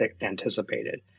anticipated